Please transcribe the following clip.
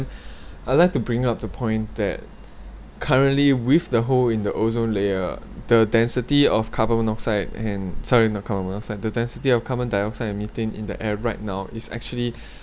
I'd like to bring up the point that currently with the hole in the ozone layer the density of carbon monoxide and sorry not carbon monoxide the density of carbon dioxide and methane in the air right now is actually